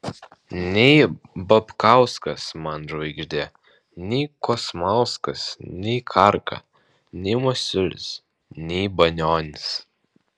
nei babkauskas man žvaigždė nei kosmauskas nei karka nei masiulis nei banionis